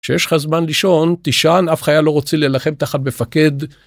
כשיש לך זמן לישון, תישן, אף חיל לא רוצה להילחם תחת מפקד.